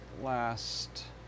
last